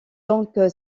donc